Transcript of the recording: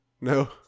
No